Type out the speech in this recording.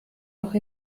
noch